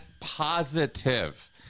positive